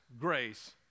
grace